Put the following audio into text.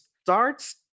starts